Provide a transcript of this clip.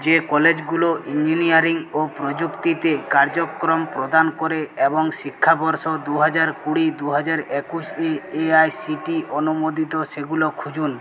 যে কলেজগুলো ইঞ্জিনিয়ারিং ও প্রযুক্তিতে কার্যক্রম প্রদান করে এবং শিক্ষাবর্ষ দুহাজার কুড়ি দু হাজার একুশ এ এআইসিটিই অনুমোদিত সেগুলো খুঁজুন